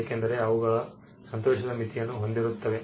ಏಕೆಂದರೆ ಅವುಗಳು ಸಂತೋಷದ ಮಿತಿಯನ್ನು ಹೊಂದಿರುತ್ತವೆ